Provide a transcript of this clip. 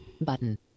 button